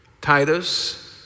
Titus